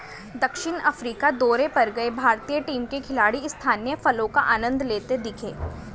दक्षिण अफ्रीका दौरे पर गए भारतीय टीम के खिलाड़ी स्थानीय फलों का आनंद लेते दिखे